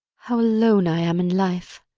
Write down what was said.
how alone i am in life!